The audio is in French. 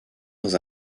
dans